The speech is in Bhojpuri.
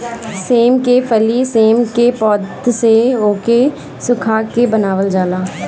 सेम के फली सेम के पौध से ओके सुखा के बनावल जाला